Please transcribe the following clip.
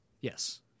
yes